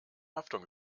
haftung